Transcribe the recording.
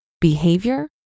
Behavior